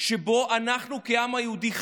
שבה אנחנו חיים, העם היהודי.